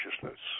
consciousness